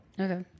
Okay